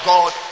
God